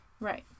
Right